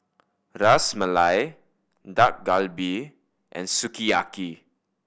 Ras Malai Dak Galbi and Sukiyaki